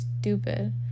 stupid